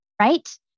right